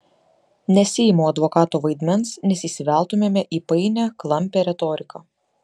nesiimu advokato vaidmens nes įsiveltumėme į painią klampią retoriką